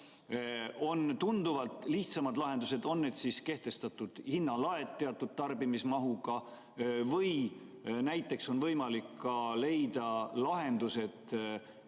On tunduvalt lihtsamad lahendused, näiteks on kehtestatud hinnalaed teatud tarbimismahuga või on võimalik leida lahendusi